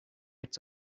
its